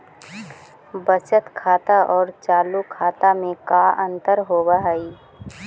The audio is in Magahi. बचत खाता और चालु खाता में का अंतर होव हइ?